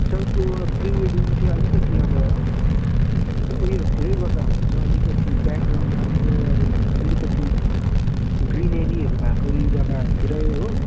तपाईँको प्रिवेडिङ चाहिँ अलिकति अब उयोहरूतिरै गर्दा हुन्छ अलिकति ब्याकग्राउन्ड राम्रो अब अलिकति ग्रिनेरीहरू भएकै जग्गाहरूतिरै हो